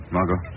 Margot